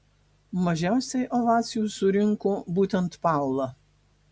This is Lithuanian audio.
mažiausiai ovacijų surinko būtent paula